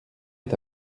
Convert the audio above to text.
est